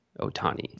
Otani